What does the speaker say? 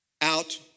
out